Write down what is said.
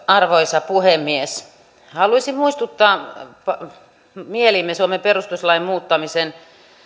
arvoisa puhemies haluaisin muistuttaa mieliimme suomen perustuslain muuttamisen